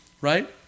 right